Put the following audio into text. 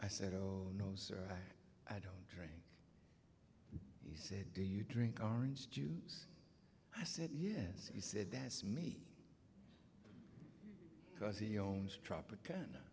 i said no sir i don't drink he said do you drink orange juice i said yes he said that's me because he owns tropicana